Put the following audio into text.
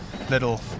little